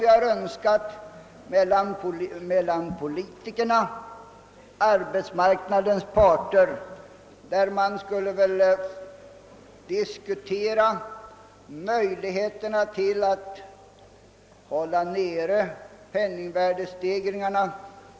Vi har önskat ett samråd mellan politikerna och arbetsmarknadens parter för att diskutera bl.a. möjligheterna att hålla penningvärdeförsämringen nere.